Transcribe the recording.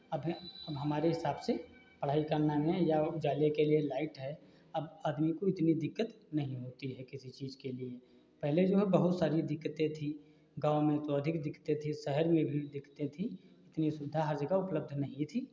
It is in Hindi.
अपने अब हमारे हिसाब से पढ़ाई करना या के लिए लाइट है अब आदमी को इतनी दिक्कत नहीं होती है किसी चीज़ के लिए पहले जो है बहुत सारी दिक्कतें थी गाँव में तो अधिक दिक्कतें थी शहर में भी दिक्कतें थीं इतनी सुविधा हर जगह उपलब्ध नहीं थी